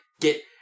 get